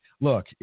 Look